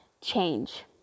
change